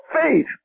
faith